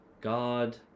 god